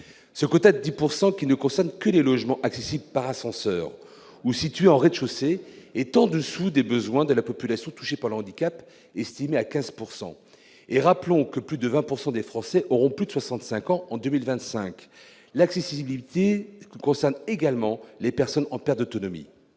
Ce quota de 10 %, qui ne concerne que les logements accessibles par ascenseur ou situés en rez-de-chaussée, est en deçà des besoins de la population touchée par le handicap, dont la proportion est estimée à 15 %. Rappelons que plus de 20 % des Français auront plus de soixante-cinq ans en 2025. L'accessibilité concerne également les personnes en perte d'autonomie.